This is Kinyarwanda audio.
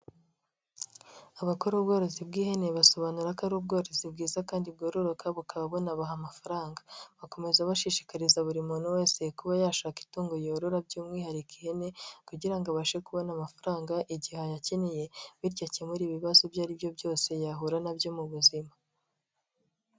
Abakora ubworozi bw'ihene basobanura ko ari ubworozi bwiza kandi bwororoka bukaba bunabaha amafaranga, bakomeza bashishikariza buri muntu wese kuba yashaka itungo yorora by'umwihariko ihene kugira ngo abashe kubona amafaranga igihe ayakeneye bityo akemure ibibazo ibyo ari byo byose yahura na byo mu buzima.